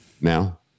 now